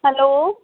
hello